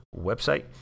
website